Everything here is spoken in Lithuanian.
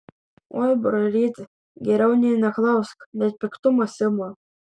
oi brolyti geriau nė neklausk net piktumas ima